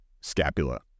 scapula